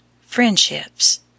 Friendships